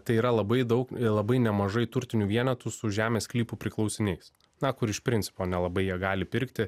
tai yra labai daug ir labai nemažai turtinių vienetų su žemės sklypų priklausiniais na kur iš principo nelabai jie gali pirkti